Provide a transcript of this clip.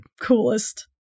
coolest